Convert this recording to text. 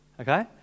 Okay